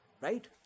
Right